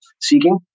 seeking